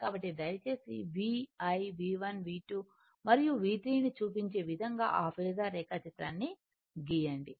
కాబట్టి దయచేసి V I V1 V2 మరియు V3 ను చూపించే విధంగా ఫేసర్ రేఖాచిత్రాన్ని గీయండి